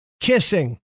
kissing